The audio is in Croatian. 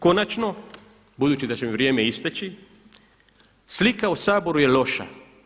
Konačno, budući da će mi vrijeme isteći, slika u Saboru je loša.